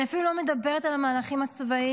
אני אפילו לא מדברת על המהלכים הצבאיים,